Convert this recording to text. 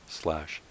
slash